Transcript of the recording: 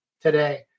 today